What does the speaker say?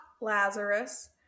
Lazarus